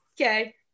okay